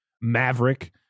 Maverick